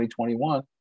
2021